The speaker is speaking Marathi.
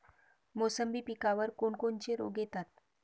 मोसंबी पिकावर कोन कोनचे रोग येतात?